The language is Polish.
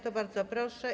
To bardzo proszę.